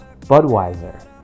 Budweiser